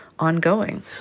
ongoing